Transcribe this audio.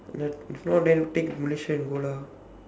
no if not then take malaysia and go lah